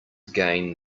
gain